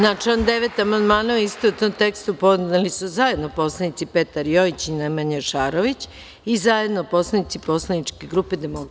Na član 9. amandmane u istovetnom tekstu podneli su zajedno poslanici Petar Jojić i Nemanja Šarović i zajedno poslanici poslaničke grupe DS.